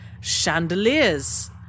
chandeliers